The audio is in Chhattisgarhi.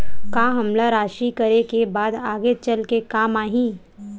का हमला राशि करे के बाद आगे चल के काम आही?